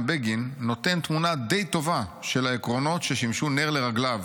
בגין נותן תמונה די טובה של העקרונות ששימשו נר לרגליו